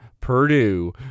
Purdue